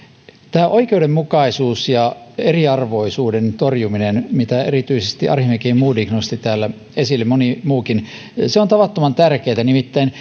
tämä oikeudenmukaisuus ja eriarvoisuuden torjuminen mitä erityisesti arhinmäki ja modig nostivat täällä esille moni muukin on tavattoman tärkeää nimittäin